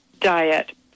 diet